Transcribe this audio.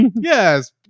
yes